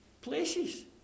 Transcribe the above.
places